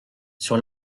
sur